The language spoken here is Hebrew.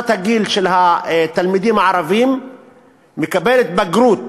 הגיל של התלמידים הערבים מקבלים בגרות